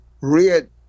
Red